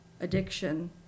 addiction